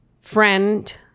friend